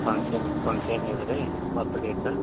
function function ಇದು ರೀ ಮಾತಾಡಿ ಆಯಿತಾ